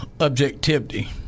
objectivity